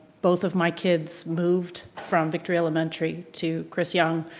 both of my kids moved from victory elementary to chris yung,